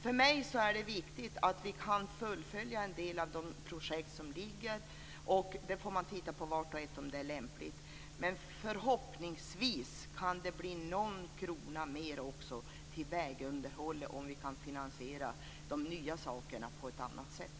För mig är det viktigt att vi kan fullfölja en del av de projekt som ligger. Man får titta på vart och ett och se om det är lämpligt. Men förhoppningsvis kan det också bli någon krona mer till vägunderhåll om vi kan finansiera de nya sakerna på ett annat sätt.